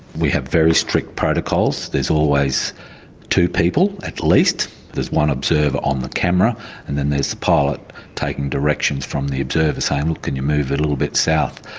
we have very strict protocols. there's always two people at least. there's one observer on the camera and then there's the pilot taking directions from the observer, saying, look, can you move a little bit south?